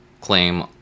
claim